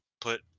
put